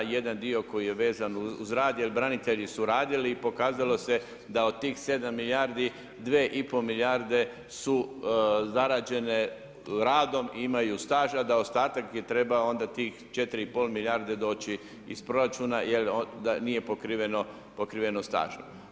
Jedan dio koji je vezan uz rad, jer branitelji su radili i pokazalo se da od tih 7 milijardi, 2,5 milijarde su zarađene radom, imaju staža, da ostatak je trebao onda, tih 4,5 milijardi doći iz proračuna, jer da nije pokriveno stažom.